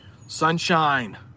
Sunshine